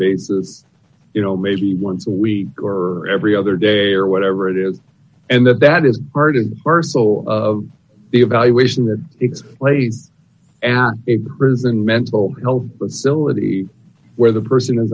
basis you know maybe once a week or every other day or whatever it is and that that is part and parcel of the evaluation that it played a prison mental health facility where the person is